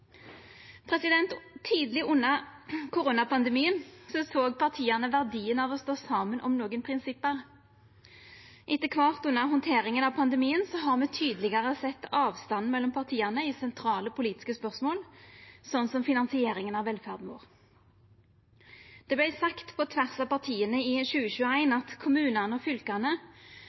under koronapandemien såg partia verdien av å stå saman om nokre prinsipp. Etter kvart under handteringa av pandemien har me tydelegare sett avstanden mellom partia i sentrale politiske spørsmål, som finansieringa av velferda vår. Det vart sagt på tvers av partia i 2021 at kommunane og